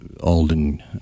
Alden